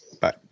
Bye